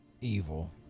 Evil